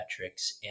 metrics